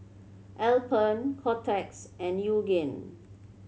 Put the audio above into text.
Alpen Kotex and Yoogane